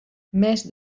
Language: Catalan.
més